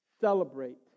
celebrate